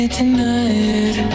tonight